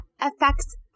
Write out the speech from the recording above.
affects